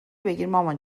بگیرمامان